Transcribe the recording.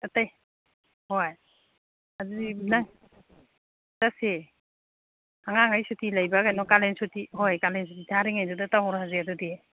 ꯑꯇꯩ ꯍꯣꯏ ꯑꯗꯨꯗꯤ ꯅꯪ ꯆꯠꯁꯦ ꯑꯉꯥꯡꯉꯩ ꯁꯨꯇꯤ ꯂꯩꯕ ꯀꯩꯅꯣ ꯀꯥꯂꯦꯟ ꯁꯨꯇꯤ ꯍꯣꯏ ꯀꯥꯂꯦꯟ ꯁꯨꯇꯤ ꯊꯥꯔꯤꯉꯩꯗꯨꯗ ꯇꯧꯍꯧꯔꯁꯦ ꯑꯗꯨꯗꯤ